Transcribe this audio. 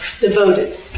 devoted